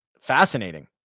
fascinating